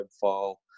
file